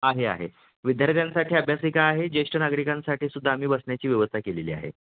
आहे आहे विद्यार्थ्यांसाठी अभ्यासिका आहे ज्येष्ठ नागरिकांसाठी सुद्धा आम्ही बसण्याची व्यवस्था केलेली आहे